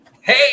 Hey